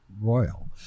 Royal